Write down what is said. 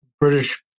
British